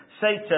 Satan